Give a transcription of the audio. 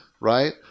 right